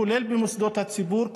כולל במוסדות הציבור,